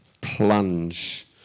Plunge